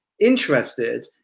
interested